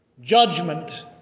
Judgment